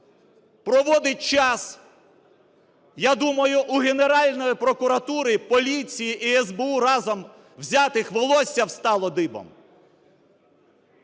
проводить час, я думаю, у Генеральної прокуратури, поліції і СБУ, разом взятих, волосся встало дибом.